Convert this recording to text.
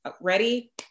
ready